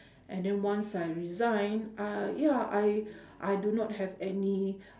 and then once I resign uh ya I I do not have any